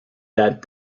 that